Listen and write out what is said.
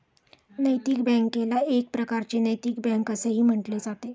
नैतिक बँकेला एक प्रकारची नैतिक बँक असेही म्हटले जाते